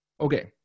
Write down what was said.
Okay